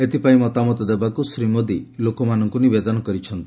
ଏଥିପାଇଁ ମତାମତ ଦେବାକୁ ଶ୍ରୀ ମୋଦି ଲୋକମାନଙ୍କୁ ନିବେଦନ କରିଛନ୍ତି